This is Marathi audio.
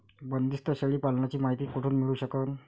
बंदीस्त शेळी पालनाची मायती कुठून मिळू सकन?